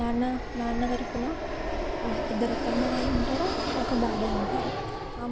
నాన్న నాన్న తరఫున ఇద్దరు అత్తమ్మ వాళ్ళుంటారు ఒక బాబాయి ఉంటారు